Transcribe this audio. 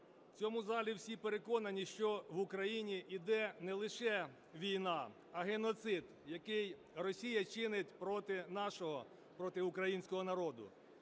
в цьому залі всі переконані, що в Україні іде не лише війна, а геноцид, який Росія чинить проти нашого, проти українського народу.